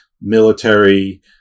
military